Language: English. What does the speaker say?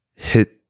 hit